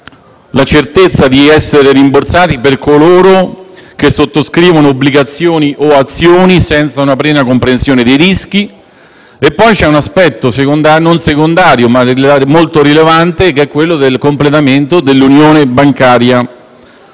la certezza di essere rimborsati per coloro che sottoscrivono obbligazioni o azioni senza una piena comprensione dei rischi. Inoltre, c'è un aspetto non secondario e molto rilevante, che è il completamento dell'unione bancaria.